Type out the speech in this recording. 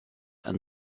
and